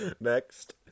Next